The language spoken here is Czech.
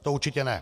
To určitě ne!